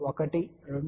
1 0